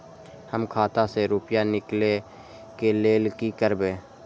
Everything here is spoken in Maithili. हम खाता से रुपया निकले के लेल की करबे?